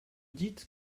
dites